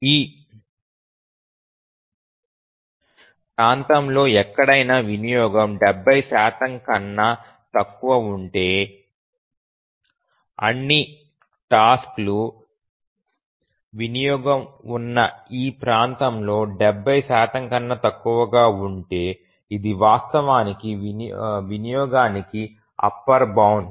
ఈ ప్రాంతంలో ఎక్కడైనా వినియోగం 70 కన్నా తక్కువ ఉంటే అన్ని టాస్క్ లు వినియోగం ఉన్న ఈ ప్రాంతంలో 70 కన్నా తక్కువ ఉంటే ఇది వాస్తవానికి వినియోగానికి అప్పర్ బౌండ్